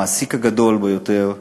המעסיק הגדול ביותר,